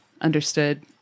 understood